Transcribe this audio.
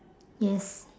yes